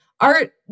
art